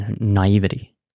naivety